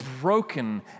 broken